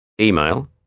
Email